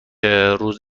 روز